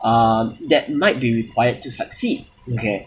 um that might be required to succeed okay